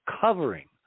covering